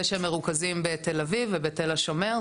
זה שהם מרוכזים בתל אביב ובתל השומר.